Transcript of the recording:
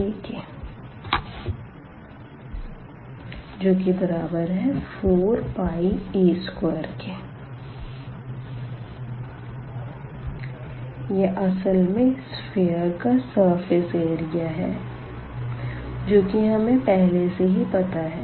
0a 4πa2 यह असल में सफ़ियर का सरफेस एरिया है जो की हमें पहले से ही पता है